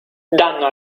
danno